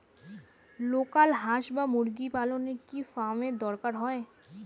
Local হাস বা মুরগি পালনে কি ফার্ম এর দরকার হয়?